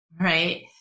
right